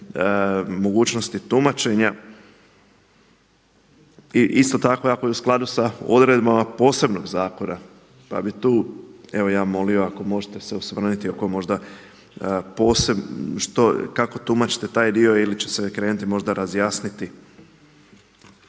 mogućnosti tumačenja. I isto tako ako je u skladu sa odredbama posebnog zakona, pa bi tu evo ja molio ako možete se osvrnuti, ako možda posebno, kako tumačite taj dio ili će se krenuti možda razjasniti.